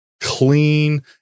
clean